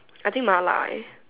I think mala eh